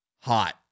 hot